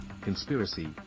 conspiracy